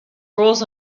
roles